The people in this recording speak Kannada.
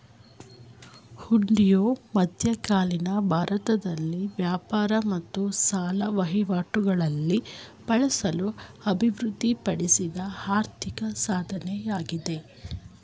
ಹುಂಡಿಯು ಮಧ್ಯಕಾಲೀನ ಭಾರತದಲ್ಲಿ ವ್ಯಾಪಾರ ಮತ್ತು ಸಾಲ ವಹಿವಾಟುಗಳಲ್ಲಿ ಬಳಸಲು ಅಭಿವೃದ್ಧಿಪಡಿಸಿದ ಆರ್ಥಿಕ ಸಾಧನವಾಗಿದೆ